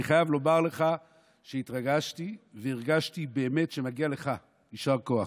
אני חייב לומר לך שהתרגשתי והרגשתי שמגיע לך יישר כוח.